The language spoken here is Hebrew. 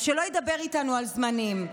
אז שלא ידבר איתנו על זמנים.